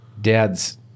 dad's